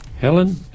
Helen